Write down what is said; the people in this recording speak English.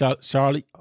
Charlie